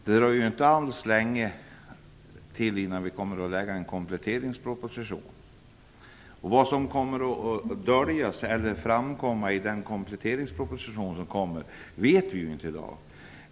Det dröjer nu inte alls länge tills regeringen lägger fram sin kompletteringsproposition. Vad som kommer att dölja sig eller framkomma i den kompletteringsproposition som kommer vet vi inte i dag.